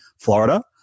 Florida